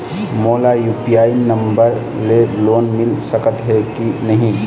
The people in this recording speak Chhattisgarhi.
मोला यू.पी.आई नंबर ले लोन मिल सकथे कि नहीं?